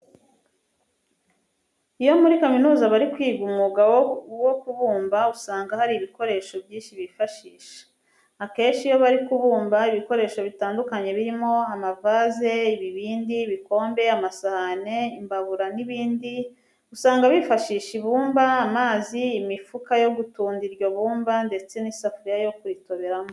Iyo muri kaminuza bari kwiga umwuga wo kubumba usanga hari ibikoresho byinshi bifashisha. Akenshi iyo bari kubumba ibikoresho bitandukanye birimo amavaze, ibibindi, ibikombe, amasahane, imbabura n'ibindi usanga bifashisha ibumba, amazi, imifuka yo gutunda iryo bumba ndetse n'isafuriya yo kuritoberamo.